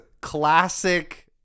classic